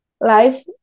life